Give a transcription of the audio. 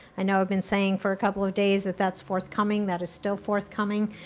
i know i've been saying for a couple of days that that's forthcoming, that is still forthcoming.